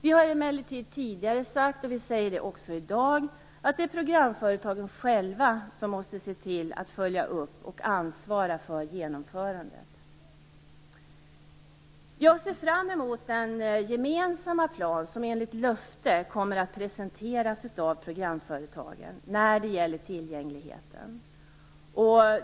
Vi har emellertid tidigare sagt, och säger det även i dag, att det är programföretagen själva som måste se till att följa upp och ansvara för genomförandet. Jag ser fram emot den gemensamma plan som enligt löfte kommer att presenteras av programföretagen när det gäller tillgängligheten.